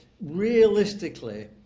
realistically